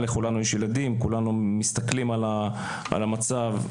לכולנו יש ילדים וכולנו מסתכלים על המצב הזה